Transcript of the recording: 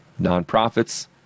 nonprofits